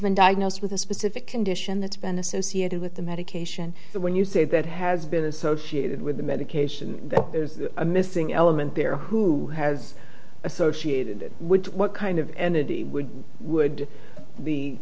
been diagnosed with a specific condition that's been associated with the medication that when you say that has been associated with a medication that is a missing element there who has associated with what kind of entity would would